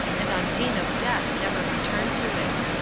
and on pain of death never return to it.